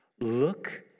Look